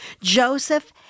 Joseph